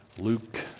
Luke